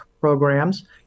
programs